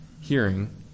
hearing